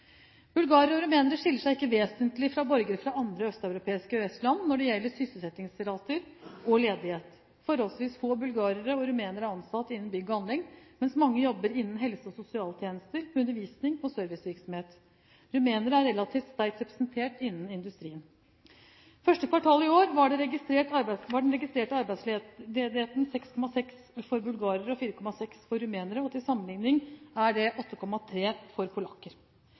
Bulgarere og rumenere skiller seg ikke vesentlig fra borgere fra andre østeuropeiske EØS-land når det gjelder sysselsettingsrater og ledighet. Forholdsvis få bulgarere og rumenere er ansatt innen bygg og anlegg, mens mange jobber innen helse- og sosialtjenester, undervisning og servicevirksomhet. Rumenere er relativt sterkt representert innen industrien. Første kvartal i år var den registrerte arbeidsledigheten 6,6 pst. for bulgarere og 4,6 pst. for rumenere. Til sammenligning er den 8,3 pst. for polakker.